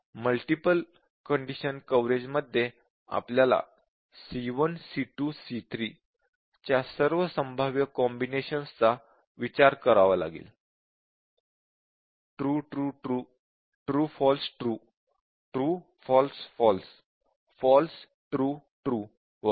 multiple condition coverage मध्ये आपल्याला c1 c2 c3 च्या सर्व संभाव्य कॉम्बिनेशन्स चा विचार करावा लागेल true true true true false true true false false false true true वगैरे